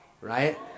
right